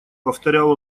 повторял